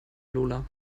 lola